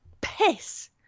piss